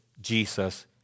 Jesus